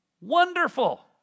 Wonderful